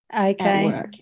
Okay